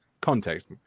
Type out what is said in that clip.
Context